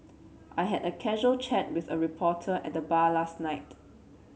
I had a casual chat with a reporter at the bar last night